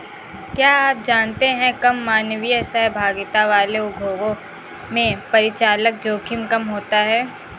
क्या आप जानते है कम मानवीय सहभागिता वाले उद्योगों में परिचालन जोखिम कम होता है?